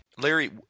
Larry